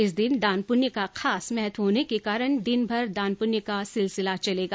इस दिन दान प्रण्य का खास महत्व होने के कारण दिनभर दान पुण्य का सिलसिला चलेगा